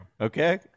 Okay